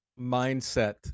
mindset